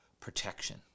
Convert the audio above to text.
protection